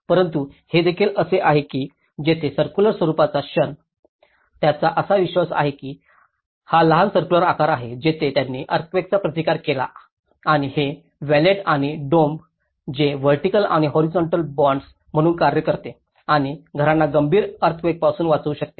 परंतु हे देखील असे आहे की जेव्हा सर्क्युलर स्वरुपाचा क्षण त्यांचा असा विश्वास आहे की हा लहान सर्क्युलर आकार आहे तेव्हा त्यांनी अर्थक्वेकांचा प्रतिकार केला आणि हे व्हेटल आणि डौब जे व्हर्टिकल आणि हॉरीझॉन्टल बाँड्स म्हणून कार्य करते आणि घरांना गंभीर अर्थक्वेकांपासून वाचवू शकते